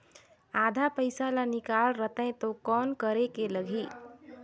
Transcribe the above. आधा पइसा ला निकाल रतें तो कौन करेके लगही?